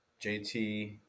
JT